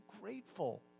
grateful